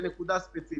לנקודה ספציפית.